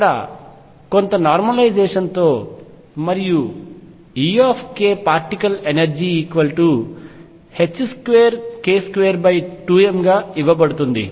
ఇక్కడ కొంత నార్మలైజేషన్ తో మరియు E పార్టికల్ ఎనర్జీ 2k22m గా ఇవ్వబడుతుంది